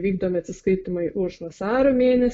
vykdomi atsiskaitymai už vasario mėnes